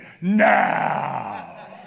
now